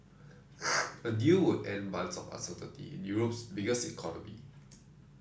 a deal would end months of uncertainty in Europe's biggest economy